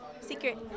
Secret